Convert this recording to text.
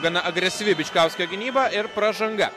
gana agresyvi bičkauskio gynyba ir pražanga